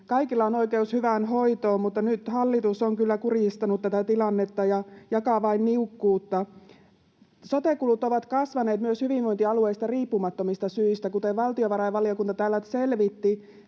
Kaikilla on oikeus hyvään hoitoon, mutta nyt hallitus on kyllä kurjistanut tätä tilannetta ja jakaa vain niukkuutta. Sote-kulut ovat kasvaneet myös hyvinvointialueista riippumattomista syistä. Kuten valtiovarainvaliokunta täällä selvitti,